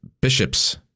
bishops